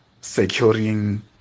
securing